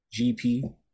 GP